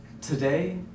today